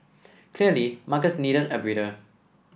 clearly markets needed a breather